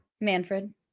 Manfred